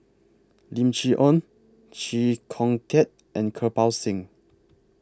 Lim Chee Onn Chee Kong Tet and Kirpal Singh